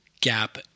gap